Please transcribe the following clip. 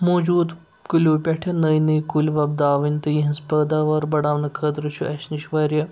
موجوٗدٕ کُلیو پٮ۪ٹھ نٔوۍ نٔوۍ کُلۍ وۄپداوٕنۍ تہٕ یِہٕںٛز پٲداوار بَڑاونہٕ خٲطرٕ چھُ اَسہِ نِش واریاہ